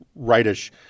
rightish